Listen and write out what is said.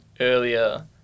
earlier